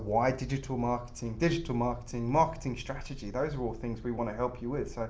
why digital marketing, digital marketing, marketing strategy. those are all things we want to help you with.